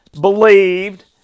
believed